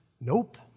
Nope